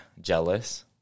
jealous